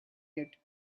yet